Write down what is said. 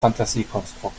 fantasiekonstrukt